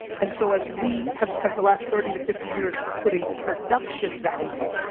and so as we have spent the last thirty to fifty years putting production value